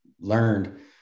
learned